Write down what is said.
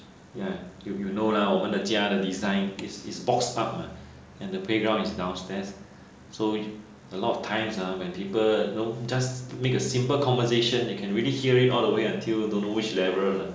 ya you you know lah 我们的家的 design is is boxed up mah and the playground is downstairs so a lot of times ha when people know just make a simple conversation you can really hear it all the way until don't know which level